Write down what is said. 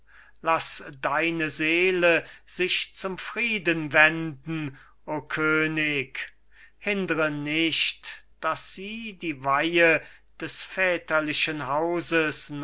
laß deine seele sich zum frieden wenden o könig hindre nicht daß sie die weihe des väterlichen hauses